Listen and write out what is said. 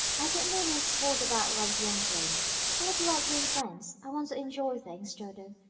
i don't mean any tosh about love's young dream but i do like being friends. i want to enjoy things, dodo,